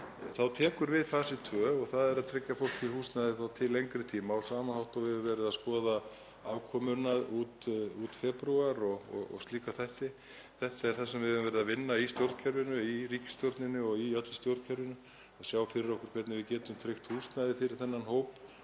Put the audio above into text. Þá tekur við fasi tvö. Það er að tryggja fólki húsnæði til lengri tíma á sama hátt og við höfum verið að skoða afkomuna út febrúar og slíka þætti. Þetta er það sem við höfum verið að vinna í stjórnkerfinu, í ríkisstjórninni og í öllu stjórnkerfinu, að sjá fyrir okkur hvernig við getum tryggt húsnæði fyrir þennan hóp